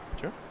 Sure